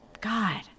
God